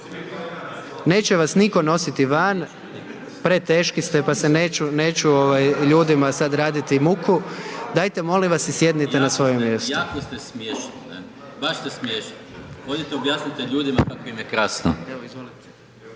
Neće vas nitko nositi van, preteški ste pa se neću ljudima sad raditi muku, dajte molim vas si sjednite na svoje mjesto. **Maras, Gordan (SDP)** Jako ste smiješni, ne, baš ste smiješni, odite objasnite ljudima kako im je krasno.